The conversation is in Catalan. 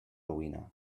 roïna